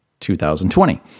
2020